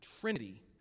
Trinity